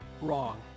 wrong